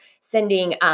sending